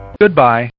Goodbye